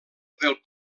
del